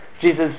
Jesus